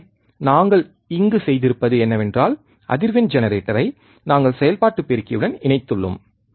எனவே நாங்கள் இங்குச் செய்திருப்பது என்னவென்றால் அதிர்வெண் ஜெனரேட்டரை நாங்கள் செயல்பாட்டு பெருக்கியுடன் இணைத்துள்ளோம்